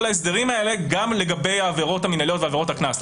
ההסדרים האלה גם לגבי העבירות המינהליות ועבירות הקנס.